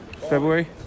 February